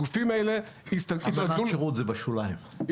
הגופים האלה התרגלו --- אמנת שירות זה בשוליים,